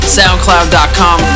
soundcloud.com